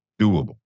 doable